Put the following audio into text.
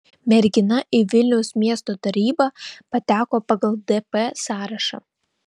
mergina į vilniaus miesto tarybą pateko pagal dp sąrašą